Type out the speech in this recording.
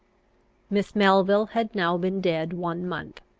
miss melville had now been dead one month.